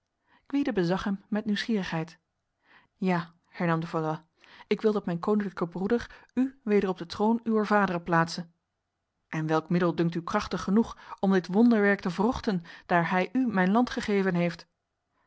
gwyde bezag hem met nieuwgierigheid ja hernam de valois ik wil dat mijn koninklijke broeder u weder op de troon uwer vaderen plaatse en welk middel dunkt u krachtig genoeg om dit wonderwerk te wrochten daar hij u mijn land gegeven heeft